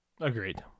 Agreed